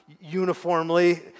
uniformly